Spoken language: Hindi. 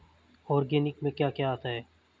ऑर्गेनिक में क्या क्या आता है?